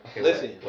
Listen